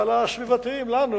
אבל לסביבתיים, לנו,